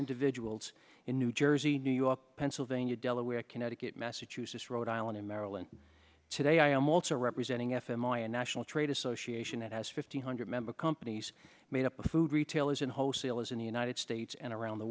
individuals in new jersey new york pennsylvania delaware connecticut massachusetts rhode island in maryland today i am also representing f m r i a national trade association that has fifteen hundred member companies made up of food retailers and wholesalers in the united states and around the